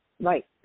Right